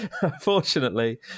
unfortunately